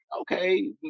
okay